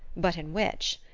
but in which?